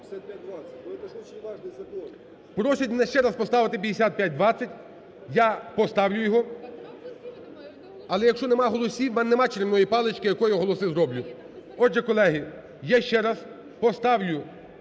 Просять мене ще раз поставити 5520, я поставлю його. Але, якщо нема голосів, у мене нема чарівної палочки, якою я голоси зроблю. Отже, колеги, я ще раз поставлю